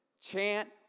chant